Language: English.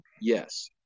Yes